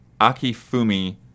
Akifumi